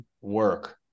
work